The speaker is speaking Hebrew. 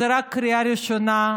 זה רק קריאה ראשונה,